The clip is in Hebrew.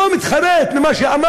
לא מתחרט על מה שאמר,